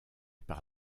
par